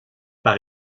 par